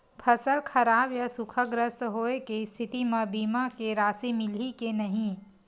फसल खराब या सूखाग्रस्त होय के स्थिति म बीमा के राशि मिलही के नही?